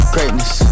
Greatness